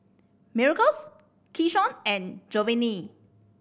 Miracles Keyshawn and Jovani